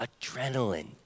adrenaline